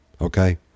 Okay